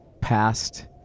past